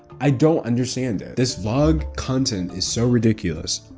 i don't understand it. this vlog content is so ridiculous.